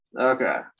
Okay